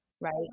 right